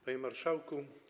Panie Marszałku!